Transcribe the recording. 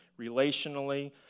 relationally